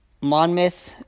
Monmouth